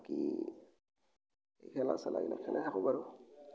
বাকী এই খেলা চেলাবিলাক খেলি থাকোঁ বাৰু